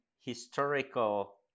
historical